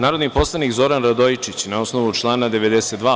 Narodni poslanik Zoran Radojičić, na osnovu člana 92.